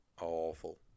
Awful